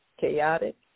chaotic